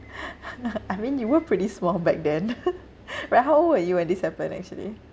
uh I mean you were pretty small back then like how old were you when this happened actually